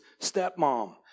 stepmom